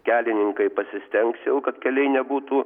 kelininkai pasistengs jau kad keliai nebūtų